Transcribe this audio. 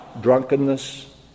drunkenness